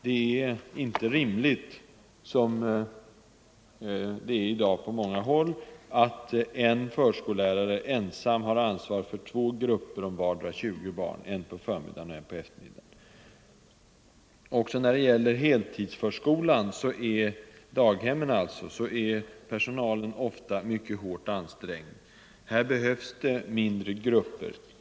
Det är inte rimligt, som det är i dag på många håll, att en förskollärare ensam har ansvar för två grupper om vardera 20 barn, en på förmiddagen och en på eftermiddagen. Också i heltidsförskolan — daghemmen alltså — är personalen ofta mycket hårt ansträngd. Här behövs det mindre grupper.